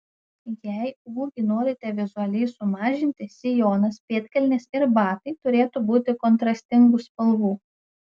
jei ūgį norite vizualiai sumažinti sijonas pėdkelnės ir batai turėtų būti kontrastingų spalvų